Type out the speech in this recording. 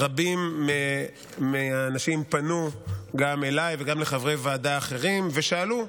רבים מהאנשים פנו גם אליי וגם לחברי ועדה אחרים ושאלו: